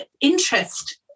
interest